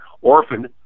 Orphan